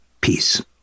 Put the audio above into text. peace